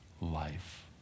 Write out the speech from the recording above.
life